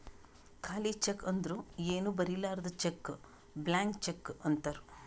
ಖಾಲಿ ಚೆಕ್ ಅಂದುರ್ ಏನೂ ಬರಿಲಾರ್ದು ಚೆಕ್ ಬ್ಲ್ಯಾಂಕ್ ಚೆಕ್ ಅಂತಾರ್